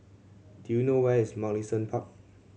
do you know where is Mugliston Park